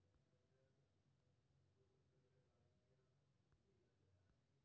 भारत मे मिश्रित अर्थव्यवस्था छै, जतय निजी आ सार्वजनिक क्षेत्र दुनू काज करै छै